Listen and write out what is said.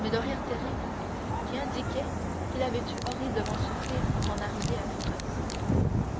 mais d'un rire terrible qui indiquait qu'il avait dû horriblement souffrir pour en arriver à rire ainsi